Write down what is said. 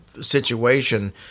situation